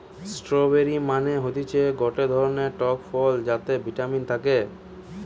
strawberry মানে হতিছে গটে ধরণের টক ফল যাতে ভিটামিন থাকে